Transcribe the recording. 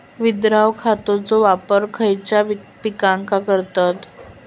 विद्राव्य खताचो वापर खयच्या पिकांका करतत?